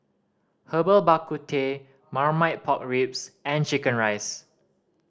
Herbal Bak Ku Teh Marmite Pork Ribs and chicken rice